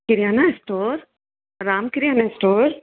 kirana store Ram kirana store